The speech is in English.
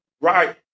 Right